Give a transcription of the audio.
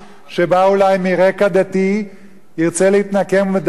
שבא אולי מרקע דתי ירצה להתנקם בדתל"ש,